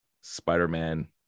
Spider-Man